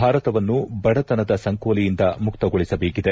ಭಾರತವನ್ನು ಬಡತನದ ಸಂಕೋಲೆಯಿಂದ ಮುಕ್ತಗೊಳಿಸಬೇಕಿದೆ